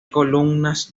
columnas